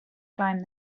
climbed